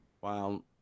Wow